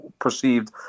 perceived